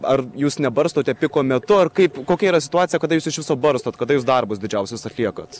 ar jūs nebarstote piko metu ar kaip kokia yra situacija kada jūs iš viso barstot kada jūs darbus didžiausius atliekat